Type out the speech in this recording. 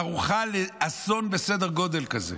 ערוכה לאסון בסדר גודל כזה.